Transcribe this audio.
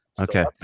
Okay